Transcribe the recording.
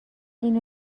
اینو